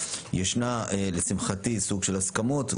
ישנה לשמחתי סוג של הסכמות,